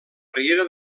riera